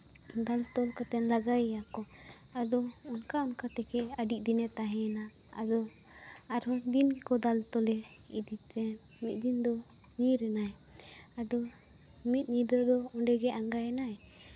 ᱫᱟᱞ ᱛᱚᱞ ᱠᱟᱛᱮᱫ ᱞᱟᱜᱟᱭᱟᱠᱚ ᱟᱫᱚ ᱚᱱᱠᱟ ᱚᱱᱠᱟ ᱛᱮᱜᱮ ᱟᱹᱰᱤ ᱫᱤᱱᱮ ᱛᱟᱦᱮᱸᱭᱮᱱᱟ ᱟᱫᱚ ᱟᱨᱦᱚᱸ ᱫᱤᱱ ᱜᱮᱠᱚ ᱫᱟᱞ ᱛᱚᱞᱮ ᱤᱫᱤᱛᱮ ᱢᱤᱫ ᱫᱤᱱ ᱫᱚ ᱧᱤᱨ ᱮᱱᱟᱭ ᱟᱫᱚ ᱢᱤᱫ ᱧᱤᱫᱟᱹ ᱫᱚ ᱚᱸᱰᱮ ᱜᱮ ᱟᱸᱜᱟᱭᱮᱱᱟᱭ